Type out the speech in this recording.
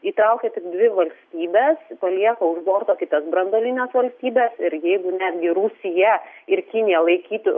įtraukia tik dvi valstybes palieka už borto kitas branduolines valstybes ir jeigu netgi rusija ir kinija laikytų